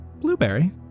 Blueberry